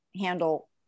handle